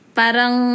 parang